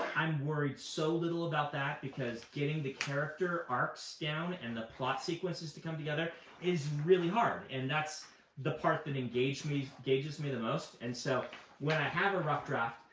i'm worried so little about that, because getting the character arcs down and the plot sequences to come together is really hard, and that's the part that engages me engages me the most. and so when i have a rough draft,